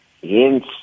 Hence